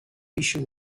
issue